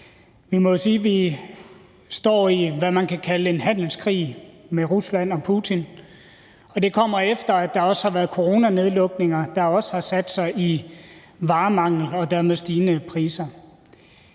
Vi må jo sige, at vi står i, hvad man kan kalde en handelskrig med Rusland og Putin. Og det kommer, efter at der har været coronanedlukninger, der også har sat sig i varemangel og dermed i stigende priser.